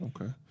okay